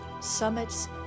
summits